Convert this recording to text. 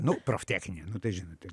nu proftechninė nu tai žinote